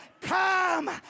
come